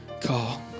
call